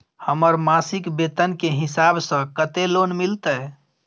हमर मासिक वेतन के हिसाब स कत्ते लोन मिलते?